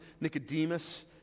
Nicodemus